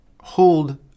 hold